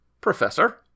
Professor